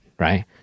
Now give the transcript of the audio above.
right